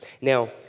Now